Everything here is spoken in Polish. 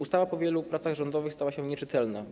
Ustawa po wielu pracach rządowych stała się nieczytelna.